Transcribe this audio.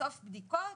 לאסוף בדיקות,